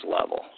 level